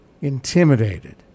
intimidated